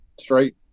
straight